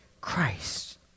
Christ